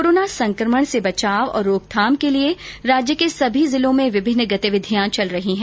corona संकमण से बचाव और रोकथाम के लिए राज्य के सभी जिलों में विभिन्न गतिविधियां चल रही है